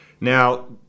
now